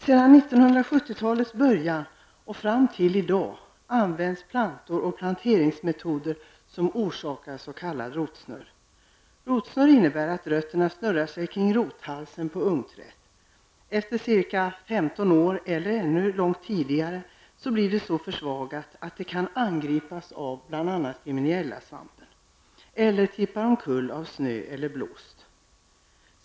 Sedan 1970-talets början och fram till i dag har använts plantor och planteringsmetoder som orsakar s.k. rotsnurr. Rotsnurr innebär att rötterna snurrar runt rothalsen på ungträdet. Efter ca 15 år, eller långt tidigare, blir trädet så försvagat att det kan angripas av bl.a. Griminellasvampen eller tippar omkull av snö och blåst.